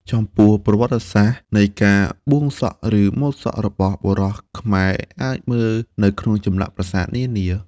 ចំពោះប្រវត្តិសាស្ត្រនៃការបួងសក់ឬម៉ូយសក់របស់បុរសខ្មែរអាចឃើញនៅក្នុងចម្លាក់ប្រាសាទបុរាណនានា។